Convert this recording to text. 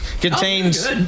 Contains